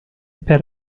per